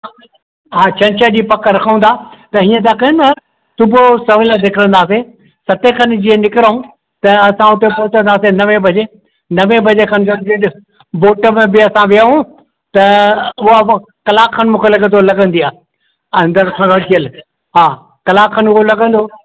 हा छंछरु ॾींहुं पक रखूं था त हीअं था कयूं न सुबुह सवेल निकरंदासीं सतें खन जीअं निकिरूं त असां हुते पहुचंदासीं नवें बजे नवें बजे खन जल्दी जीअं बोट में बि असां विहूं त उहा कलाकु खन मूंखे लॻे थो लॻंदी आहे अंदरि फेरोशियल हा कलाकु खन उहो लॻंदो